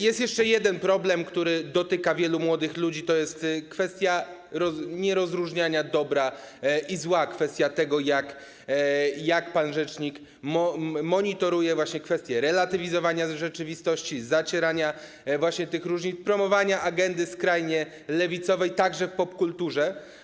Jest jeszcze jeden problem, który dotyka wielu młodych ludzi, czyli kwestia nierozróżniania dobra i zła, kwestia tego, jak pan rzecznik monitoruje kwestię relatywizowania rzeczywistości, zacierania tych różnic, promowania agendy skrajnie lewicowej, także w popkulturze.